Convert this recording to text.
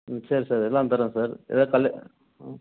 ம் சரி சார் எல்லாம் தர்றோம் சார் ஏதாவது கல் ம்